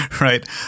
right